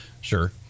Sure